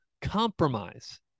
compromise